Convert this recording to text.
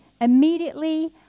immediately